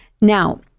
Now